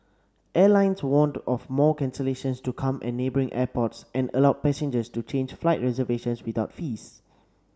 airlines warned of more cancellations to come at neighbouring airports and allowed passengers to change flight reservations without fees